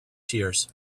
tears